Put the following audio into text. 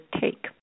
take